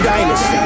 Dynasty